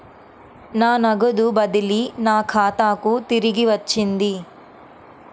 నా నగదు బదిలీ నా ఖాతాకు తిరిగి వచ్చింది